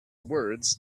words